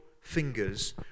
fingers